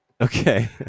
okay